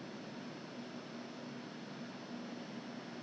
but if you go outside toilet 你用公共厕所你敢去用他的